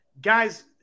guys